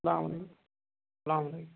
اَسلامُ عَلیکُم اَسلامُ عَلیکُم